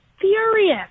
furious